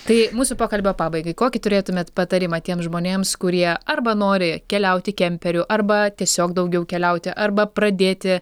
tai mūsų pokalbio pabaigai kokį turėtumėt patarimą tiems žmonėms kurie arba nori keliauti kemperiu arba tiesiog daugiau keliauti arba pradėti